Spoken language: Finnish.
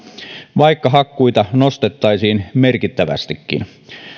vaikka hakkuita nostettaisiin merkittävästikin